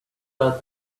out